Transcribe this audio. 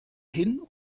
hin